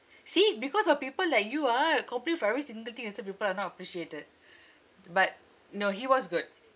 see because of people like you ah you complain for every single thing until people are not appreciated but no he was good